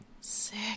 Sick